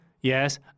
yes